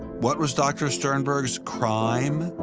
what was dr. sternberg's crime?